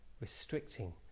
restricting